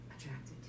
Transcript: attracted